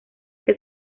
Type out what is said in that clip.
que